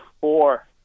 four